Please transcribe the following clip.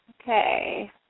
Okay